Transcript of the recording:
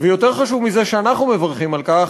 ויותר חשוב מזה שאנחנו מברכים על כך,